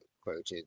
quoted